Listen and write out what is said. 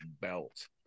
belt